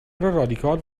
رادیکال